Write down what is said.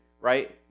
right